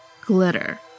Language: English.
glitter